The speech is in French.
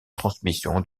transmission